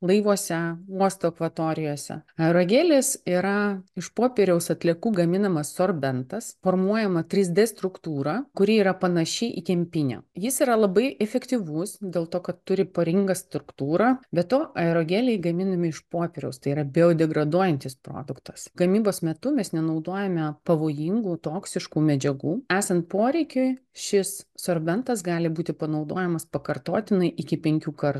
laivuose uosto akvatorijose aerogelis yra iš popieriaus atliekų gaminamas sorbentas formuojama trys d struktūra kuri yra panaši į kempinę jis yra labai efektyvus dėl to kad turi poringą struktūrą be to aerogeliai gaminami iš popieriaus tai yra biodegraduojantis produktas gamybos metu mes nenaudojame pavojingų toksiškų medžiagų esant poreikiui šis sorbentas gali būti panaudojamas pakartotinai iki penkių kartų